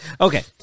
Okay